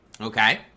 Okay